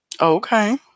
Okay